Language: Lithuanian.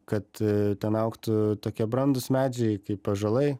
kad ten augtų tokie brandūs medžiai kaip ąžuolai